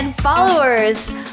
followers